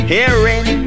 Hearing